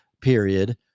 period